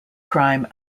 crime